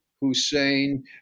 Hussein